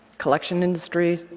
collection industries,